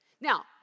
Now